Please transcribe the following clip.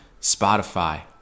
Spotify